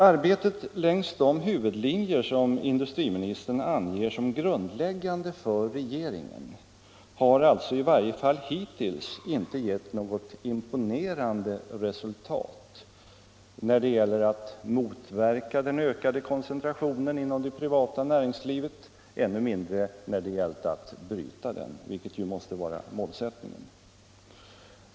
Arbetet längs de huvudlinjer som industriministern anger såsom grundläggande för regeringen har alltså i varje fall hittills inte gett något imponerande resultat när det gällt att motverka den ökade koncentrationen inom det privata näringslivet och ännu mindre när det gällt att bryta den, vilket måste vara målsättningen.